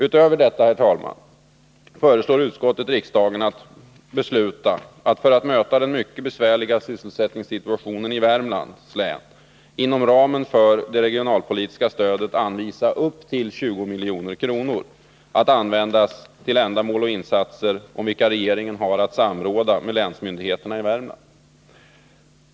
Utöver detta, herr talman, föreslår utskottet riksdagen att, för att möta den mycket besvärliga sysselsättningssituationen i Värmlands län, besluta att inom ramen för det regionalpolitiska stödet anvisa upp till 20 milj.kr. att användas till ändamål och insatser om vilka regeringen har att samråda med länsmyndigheterna i Värmland.